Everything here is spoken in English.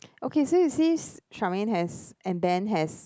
okay so you sees Charmaine has and Dan has